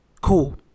Cool